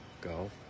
go